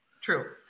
True